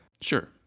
Sure